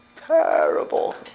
Terrible